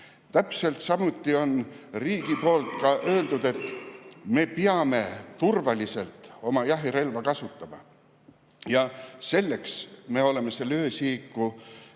Täpselt samuti on riik öelnud, et me peame turvaliselt oma jahirelva kasutama. Selleks me oleme selle